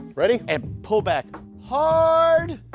ready? and pull back hard.